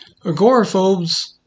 Agoraphobes